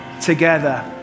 together